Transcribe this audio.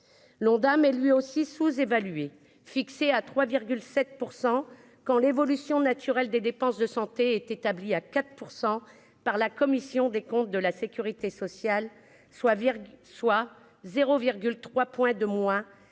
l'Ondam est lui aussi sous-évalué, fixé à 3 7 % quand l'évolution naturelle des dépenses de santé est établi à 4 % par la commission des comptes de la Sécurité sociale, soit, soit 0,3 point de moins